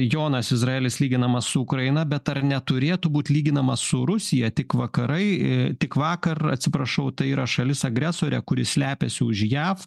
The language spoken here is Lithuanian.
jonas izraelis lyginamas su ukraina bet ar neturėtų būt lyginamas su rusija tik vakarai tik vakar atsiprašau tai yra šalis agresorė kuri slepiasi už jav